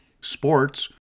Sports